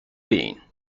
been